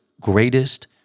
greatest